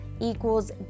equals